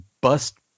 bust